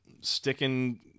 sticking